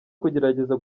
kugerageza